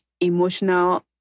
emotional